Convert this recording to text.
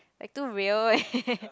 like too real eh